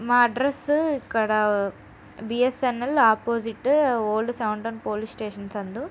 మా అడ్రసు ఇక్కడ BSNL opposite old seven town police station సందు